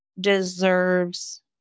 deserves